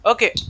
Okay